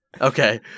Okay